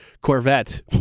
Corvette